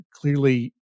Clearly